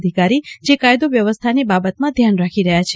અધિકારી જે કાયદો વ્યવસ્થાની બાબતમાં ધ્યાન રાખી રહ્યા છે